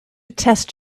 test